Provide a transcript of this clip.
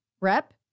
rep